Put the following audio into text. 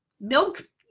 Milk